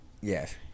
Yes